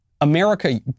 America